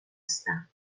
هستم